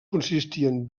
consistien